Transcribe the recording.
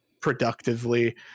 productively